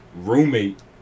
roommate